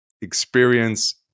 experience